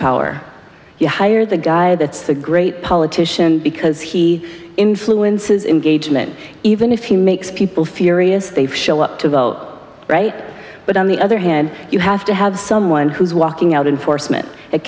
power you hire the guy that's the great politician because he influences in gage mn even if he makes people feel they show up to vote right but on the other hand you have to have someone who's walking out in force mitt it